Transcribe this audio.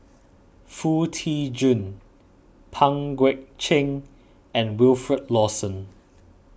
Foo Tee Jun Pang Guek Cheng and Wilfed Lawson